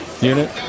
unit